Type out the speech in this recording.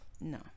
no